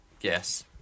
yes